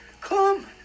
Come